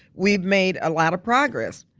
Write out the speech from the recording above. we've made a lot of progress.